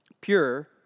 pure